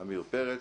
עמיר פרץ,